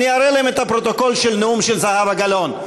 אני אראה להם את הפרוטוקול של הנאום של זהבה גלאון.